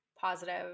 positive